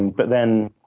but then